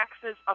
taxes